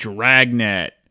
Dragnet